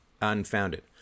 Unfounded